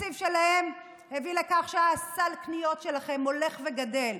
התקציב שלהם הביא לכך שסל הקניות שלכם הולך וגדל.